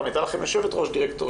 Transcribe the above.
גם הייתה לכם יושבת-ראש דירקטוריון.